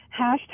hashtag